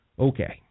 Okay